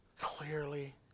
clearly